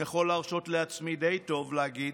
ואני יכול להרשות לעצמי די טוב להגיד,